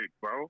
bro